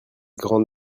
grande